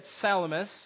Salamis